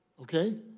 Okay